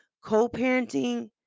co-parenting